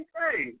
hey